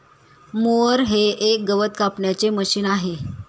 mower हे एक गवत कापायचे मशीन आहे